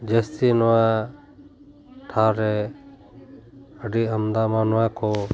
ᱡᱟᱹᱥᱛᱤ ᱱᱚᱣᱟ ᱴᱷᱟᱶ ᱨᱮ ᱟᱹᱰᱤ ᱟᱢᱫᱟ ᱢᱟ ᱱᱚᱣᱟ ᱠᱚ